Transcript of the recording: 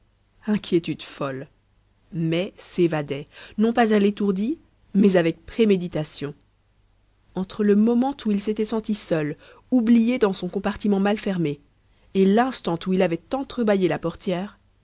inquiétudes folles mai s'évadait non pas à l'étourdie mais avec préméditation entre le moment où il s'était senti seul oublié dans son compartiment mal fermé et l'instant où il avait entre bâillé la portière